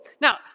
Now